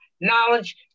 knowledge